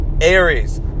Aries